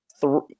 three